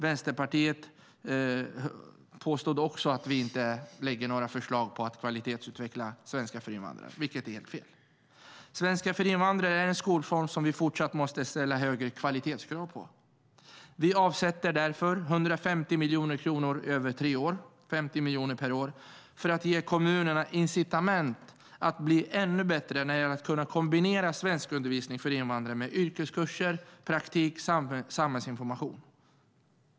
Vänsterpartiet påstod att vi inte lägger fram några förslag om att kvalitetsutveckla svenska för invandrare, vilket är helt fel. Svenska för invandrare är en skolform som vi fortsatt måste ställa högre kvalitetskrav på. Vi avsätter därför 150 miljoner kronor över tre år, 50 miljoner per år, för att ge kommunerna incitament att bli ännu bättre när det gäller att kombinera svenskundervisning för invandrare med yrkeskurser, praktik och samhällsinformation.